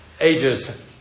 ages